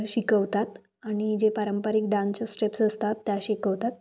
शिकवतात आणि जे पारंपरिक डान्सच्या स्टेप्स असतात त्या शिकवतात